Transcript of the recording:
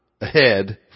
ahead